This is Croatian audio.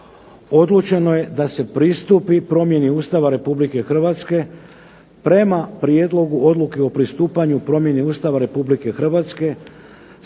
odlučeno je da se pristupi promjeni Ustava Republike Hrvatske prema Prijedlogu odluke o pristupanju promjeni Ustava Republike Hrvatske